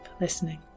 listening